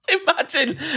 Imagine